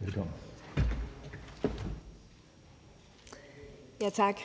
Hansen (KF): Tak.